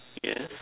yes